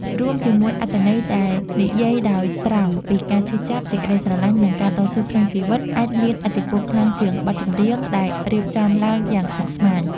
រួមជាមួយអត្ថន័យដែលនិយាយដោយត្រង់ពីការឈឺចាប់ សេចក្តីស្រឡាញ់ និងការតស៊ូក្នុងជីវិត អាចមានឥទ្ធិពលខ្លាំងជាងបទចម្រៀងដែលរៀបចំឡើងយ៉ាងស្មុគស្មាញ។